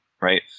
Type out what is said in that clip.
Right